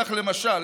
כך למשל